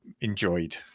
enjoyed